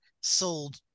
sold